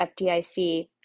FDIC